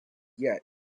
yet